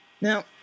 Now